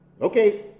Okay